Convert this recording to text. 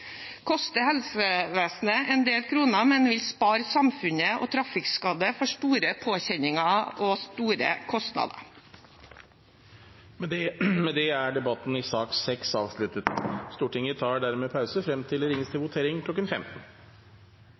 koster helsevesenet en del kroner, men vil spare samfunnet og trafikkskadde for store påkjenninger og store kostnader. Flere har ikke bedt om ordet til sak nr. 6. Dermed er dagens kart ferdigdebattert. Stortinget tar nå pause, og i samsvar med den annonserte dagsordenen vil det bli votering kl. 15.